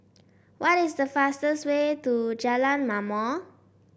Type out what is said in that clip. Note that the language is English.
what is the fastest way to Jalan Ma'mor